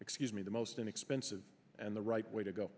excuse me the most inexpensive and the right way to go